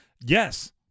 yes